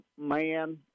man